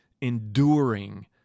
enduring